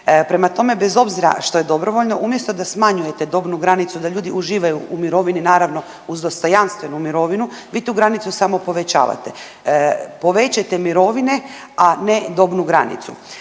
Prema tome, bez obzira što je dobrovoljno umjesto da smanjujete dobnu granicu, da ljudi uživaju u mirovini naravno uz dostojanstvenu mirovinu, vi tu granicu samo povećavate. Povećajte mirovine, a ne dobnu granicu.